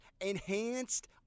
enhanced